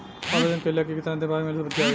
आवेदन कइला के कितना दिन बाद मिल जाई?